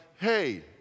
hey